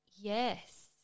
yes